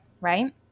right